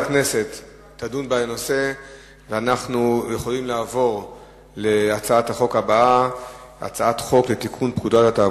אנחנו קובעים שהצעת החוק תעבור להכנה לקריאה ראשונה בוועדת הכלכלה.